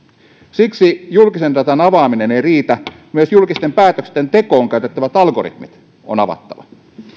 siksi julkisen datan avaaminen ei riitä vaan myös julkisten päätösten tekoon käytettävät algoritmit on avattava